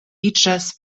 iĝas